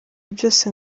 byose